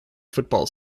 football